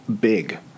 big